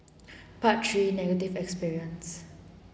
part three negative experience